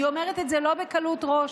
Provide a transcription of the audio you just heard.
אני אומרת את זה לא בקלות ראש,